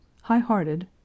high-hearted